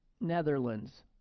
Netherlands